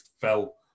fell